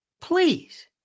please